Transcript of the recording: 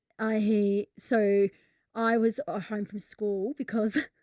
i, he, so i was ah home from school because.